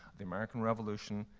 the american revolution,